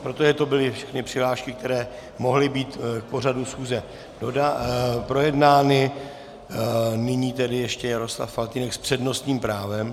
Protože to byly všechny přihlášky, které mohly být k pořadu schůzi projednány, nyní tedy ještě Jaroslav Faltýnek s přednostním právem.